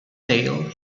tale